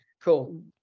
Cool